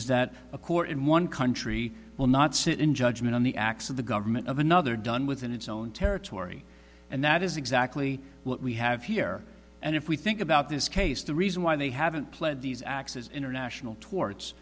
is that a court in one country will not sit in judgment on the acts of the government of another done within its own territory and that is exactly what we have here and if we think about this case the reason why they haven't pled these acts is international to